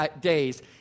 days